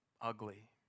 Ugly